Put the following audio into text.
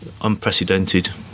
unprecedented